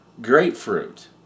grapefruit